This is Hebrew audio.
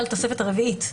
התוספת הרביעית.